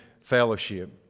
fellowship